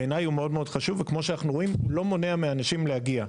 בעיניי הוא מאוד מאוד חשוב וכמו שאנחנו רואים הוא לא מונע מאנשים להגיע.